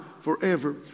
forever